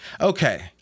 Okay